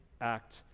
act